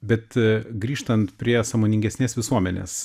bet grįžtant prie sąmoningesnės visuomenės